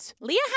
Leah